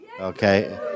Okay